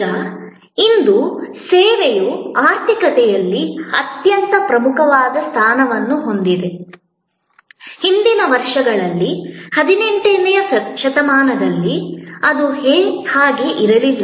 ಈಗ ಇಂದು ಸೇವೆಯು ಆರ್ಥಿಕತೆಯಲ್ಲಿ ಅತ್ಯಂತ ಪ್ರಮುಖವಾದ ಸ್ಥಾನವನ್ನು ಹೊಂದಿದೆ ಹಿಂದಿನ ವರ್ಷಗಳಲ್ಲಿ 18 ನೇ ಶತಮಾನದಲ್ಲಿ ಅದು ಹಾಗೆ ಇರಲಿಲ್ಲ